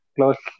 Close